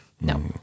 No